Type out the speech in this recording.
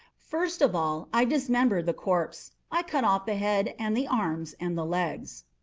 first of all i dismembered the corpse. i cut off the head and the arms and the legs.